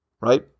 right